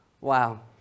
Wow